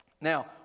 Now